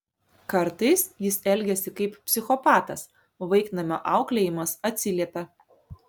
kartais jis elgiasi kaip psichopatas vaiknamio auklėjimas atsiliepia